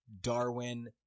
Darwin